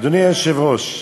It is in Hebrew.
אדוני היושב-ראש,